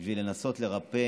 בשביל לנסות לרפא